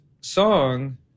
song